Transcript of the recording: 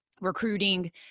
recruiting